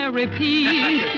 repeat